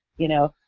you know?